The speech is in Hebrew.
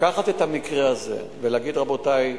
לקחת את המקרה הזה ולהגיד: רבותי,